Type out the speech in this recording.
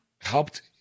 helped